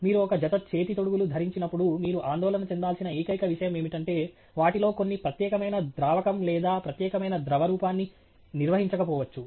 మీరు ఒక జత చేతి తొడుగులు ధరించినప్పుడు మీరు ఆందోళన చెందాల్సిన ఏకైక విషయం ఏమిటంటే వాటిలో కొన్ని ప్రత్యేకమైన ద్రావకం లేదా ప్రత్యేకమైన ద్రవ రూపాన్ని నిర్వహించకపోవచ్చు